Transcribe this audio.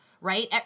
right